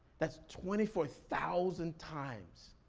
that's twenty four thousand times